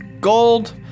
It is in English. Gold